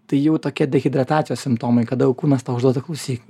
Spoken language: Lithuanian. tai jau tokie dehidratacijos simptomai kada jau kūnas tau užduoda klausyk